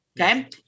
Okay